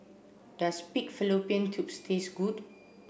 does pig Fallopian tubes taste good